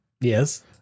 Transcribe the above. yes